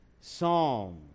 psalm